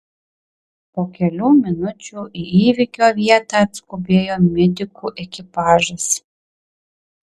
po kelių minučių į įvykio vietą atskubėjo medikų ekipažas